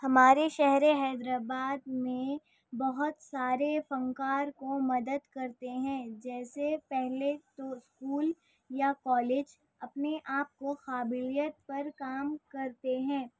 ہمارے شہر حیدرآباد میں بہت سارے فنکار کو مدد کرتے ہیں جیسے پہلے تو اسکول یا کالج اپنے آپ کو قابلیت پر کام کرتے ہیں